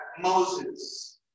Moses